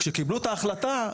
כאשר קיבלו את ההחלטה,